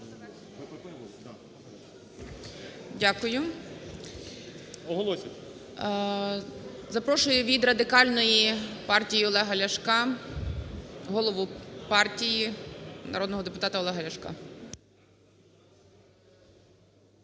Дякую. Запрошую від Радикальної партії Олега Ляшка голову партії народного депутата Олега Ляшка.